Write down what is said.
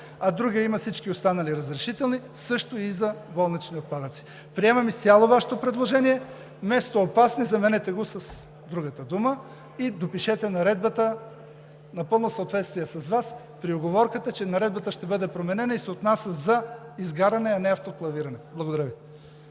а другият има всички останали разрешителни, а също и за болничните отпадъци. Приемам изцяло Вашето предложение и вместо „опасни“ заменете с другата дума, допишете наредбата в съответствие с Вас и при уговорката, че наредбата ще бъде променена и се отнася за изгаряне, а не автоклавиране. Благодаря Ви.